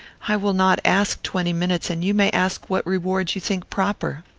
i will not ask twenty minutes, and you may ask what reward you think proper.